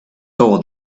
saw